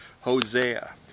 Hosea